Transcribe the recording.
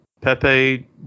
Pepe